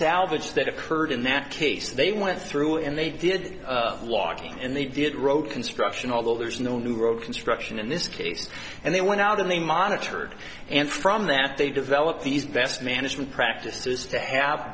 salvage that occurred in that case they went through and they did logging and they did road construction although there's no new road construction in this case and they went out and they monitored and from that they developed these best management practices to have